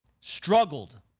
struggled